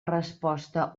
resposta